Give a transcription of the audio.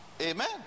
amen